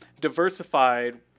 diversified